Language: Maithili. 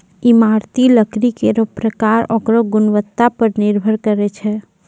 इमारती लकड़ी केरो परकार ओकरो गुणवत्ता पर निर्भर करै छै